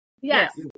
Yes